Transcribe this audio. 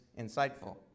insightful